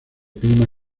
clima